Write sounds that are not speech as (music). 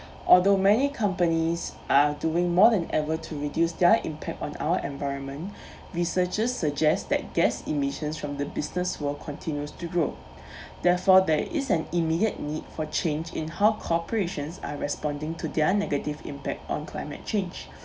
although many companies are doing more than ever to reduce their impact on our environment (breath) researchers suggest that gas emissions from the business world continues to grow therefore there is an immediate need for change in how corporations are responding to their negative impact on climate change